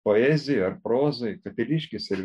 poezijoje ar prozoj katiliškis ir